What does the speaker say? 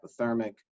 hypothermic